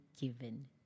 given